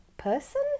person